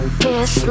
kiss